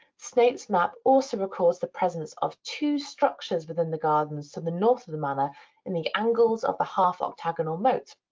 snape's map also recalls the presence of two structures within the gardens to the north of the manor in the angles of a half octagonal moat.